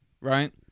right